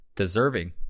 Deserving